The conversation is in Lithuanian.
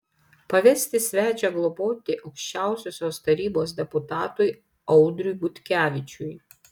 pavesti svečią globoti aukščiausiosios tarybos deputatui audriui butkevičiui